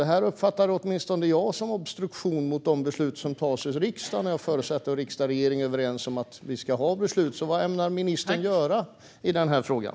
Detta uppfattar åtminstone jag som obstruktion mot de beslut som tas i riksdagen, och jag förutsätter att riksdag och regering är överens om våra beslut. Vad ämnar ministern göra i den här frågan?